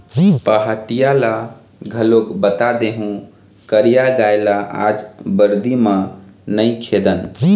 पहाटिया ल घलोक बता देहूँ करिया गाय ल आज बरदी म नइ खेदन